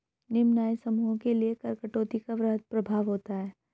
निम्न आय समूहों के लिए कर कटौती का वृहद प्रभाव होता है